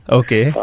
okay